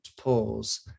pause